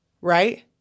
Right